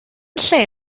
lle